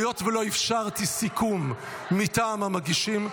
והיות שלא אפשרתי סיכום מטעם המגישים,